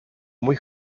muy